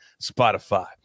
Spotify